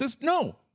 No